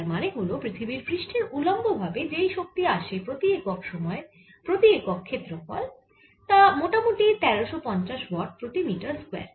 তার মানে হল পৃথিবীর পৃষ্ঠের উল্লম্ব ভাবে যেই শক্তি আসে প্রতি একক সময় প্রতি একক ক্ষেত্রফল তা মোটামুটি 1350 ওয়াট প্রতি মিটার স্কয়ার